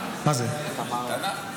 תנ"ך.